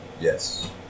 Yes